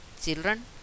Children